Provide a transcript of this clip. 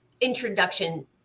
introduction